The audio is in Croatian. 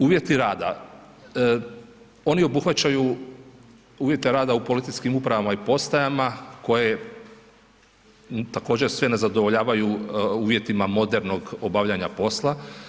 Uvjeti rada oni obuhvaćaju uvjete rada u policijskim upravama i postajama koje također sve ne zadovoljavaju uvjetima modernog obavljanja posla.